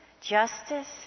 justice